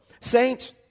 saints